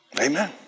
Amen